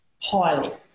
highly